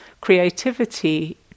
creativity